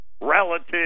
relative